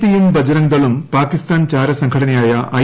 പിയും ബജ്റംഗ്ദളും പാകിസ്ഥാൻ ചാരസംഘടനയായ ഐ